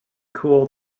cool